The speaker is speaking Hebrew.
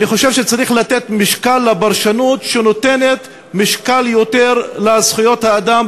אני חושב שצריך לתת משקל לפרשנות שנותנת יותר משקל לזכויות האדם,